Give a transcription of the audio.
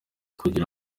kugira